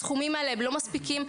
הסכומים האלה לא מספיקים.